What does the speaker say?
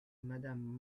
madame